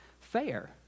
fair